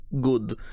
good